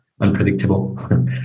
unpredictable